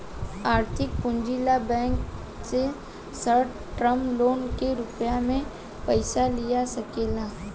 आर्थिक पूंजी ला बैंक से शॉर्ट टर्म लोन के रूप में पयिसा लिया सकेला